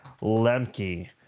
Lemke